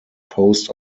post